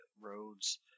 roads